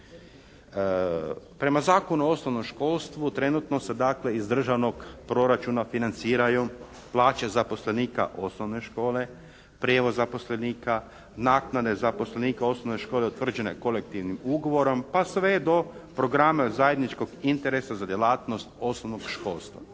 Prema Zakonu o osnovnom školstvu trenutno se dakle iz Državnog proračuna financiraju plaće zaposlenika osnovne škole. Prijevoz zaposlenika. Naknade zaposlenika osnovne škole utvrđene kolektivnim ugovorom pa sve do programa od zajedničkog interesa za djelatnost osnovnog školstva.